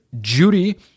Judy